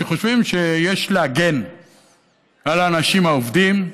שחושבים שיש להגן על האנשים העובדים.